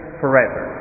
forever